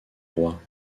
roi